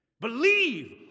Believe